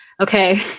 okay